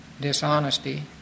dishonesty